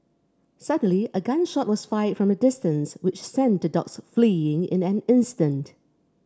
suddenly a gun shot was fired from a distance which sent the dogs fleeing in an instant